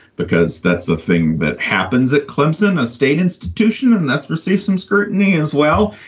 because that's the thing that happens at clemson, a state institution, and that's received some scrutiny as well.